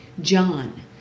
John